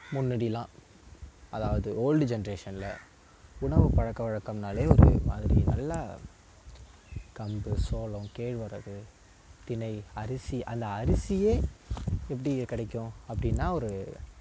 முன்னடிலாம் அதாவது ஓல்டு ஜென்ரேஷனில் உணவு பழக்க வழக்கம்னாலே ஒரு மாதிரி நல்லா கம்பு சோளம் கேழ்வரகு திணை அரிசி அந்த அரிசியே எப்படி கிடைக்கும் அப்படின்னா ஒரு